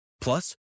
plus